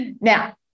Now